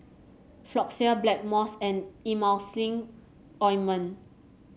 Floxia Blackmores and Emulsying Ointment